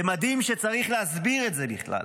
ומדהים שצריך להסביר את זה בכלל,